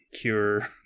cure